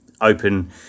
open